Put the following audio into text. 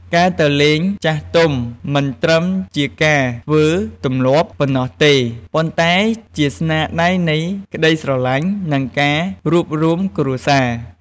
ការទៅលេងចាស់ទុំមិនត្រឹមជាការធ្វើ “ទម្លាប់” ប៉ុណ្ណោះទេ ប៉ុន្តែជាស្នាដៃនៃក្តីស្រឡាញ់ និងការរួបរួមគ្រួសារ។